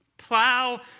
Plow